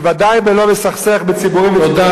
בוודאי לא בלסכסך ציבורים בציבורים.